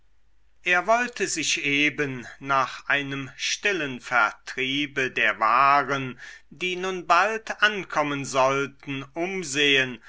er wollte sich eben nach einem stillen vertriebe der waren die nun bald ankommen sollten umsehen